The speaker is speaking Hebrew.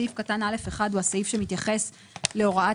סעיף קטן (א1) הוא הסעיף שמתייחס להוראת